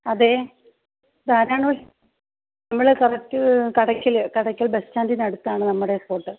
അതെ ഇതാരാണ് നമ്മൾ കറക്റ്റ് കടയ്ക്കല് കടയ്ക്കല് ബസ് സ്റ്റാന്റിനടുത്താണ് നമ്മുടെ സ്പോട്ട്